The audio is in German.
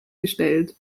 gestellt